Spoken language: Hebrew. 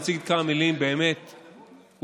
אני אציג כמה מילים באמת וברצינות.